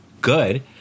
good